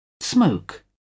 smoke